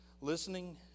listening